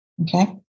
okay